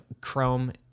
Chrome